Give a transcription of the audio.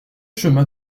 chemin